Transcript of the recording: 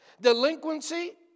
Delinquency